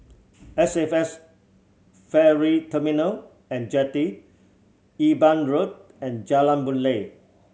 S F S Ferry Terminal And Jetty Eben Road and Jalan Boon Lay